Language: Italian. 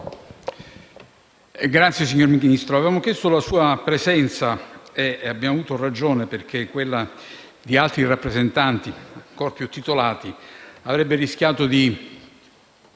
Presidente, signor Ministro, avevo chiesto la sua presenza e abbiamo avuto ragione perché quella di altri rappresentanti, ancora più titolati, avrebbe rischiato di